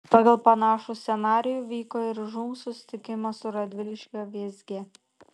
pagal panašų scenarijų vyko ir žūm susitikimas su radviliškio vėzge